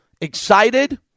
excited